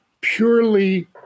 purely